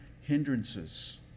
hindrances